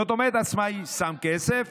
זאת אומרת, עצמאי שם כסף